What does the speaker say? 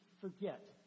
forget